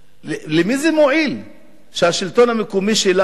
למי זה מועיל שהשלטון המקומי שלנו,